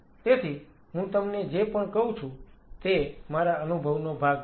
તેથી હું તમને જે પણ કહું છું તે મારા અનુભવનો ભાગ છે